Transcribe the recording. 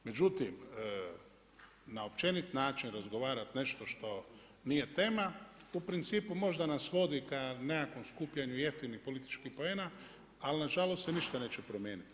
Međutim, na općenit način razgovarat nešto što nije tema u principu možda nas vodi ka nekakvom skupljanju jeftinih političkih poena, ali na žalost se ništa neće promijeniti.